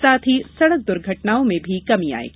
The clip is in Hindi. साथ ही सड़क दुर्घटनाओं में भी कमी आएगी